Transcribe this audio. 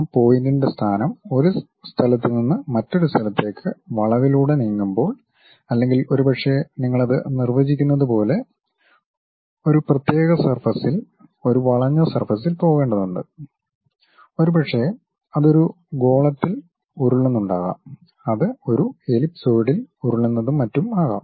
ആ പോയിന്റിൻെറ സ്ഥാനം ഒരു സ്ഥലത്ത് നിന്ന് മറ്റൊരു സ്ഥലത്തേക്ക് വളവിലൂടെ നീങ്ങുമ്പോൾ അല്ലെങ്കിൽ ഒരുപക്ഷേ നിങ്ങൾ അത് നിർവചിക്കുന്നത് പോലെ ഒരു പ്രത്യേക സർഫസിൽ ഒരു വളഞ്ഞ സർഫസിൽ പോകേണ്ടതുണ്ട് ഒരുപക്ഷേ അത് ഒരു ഗോളത്തിൽ ഉരുളുന്നുണ്ടാകാം അത് ഒരു എലിപ്സോയിഡിൽ ഉരുളുന്നതും മറ്റും ആകാം